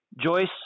Joyce